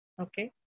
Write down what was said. Okay